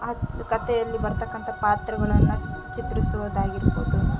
ಆ ಕತೆಯಲ್ಲಿ ಬರ್ತಕ್ಕಂಥ ಪಾತ್ರಗಳನ್ನ ಚಿತ್ರಿಸುವುದಾಗಿರ್ಬೌದು